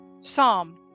Psalm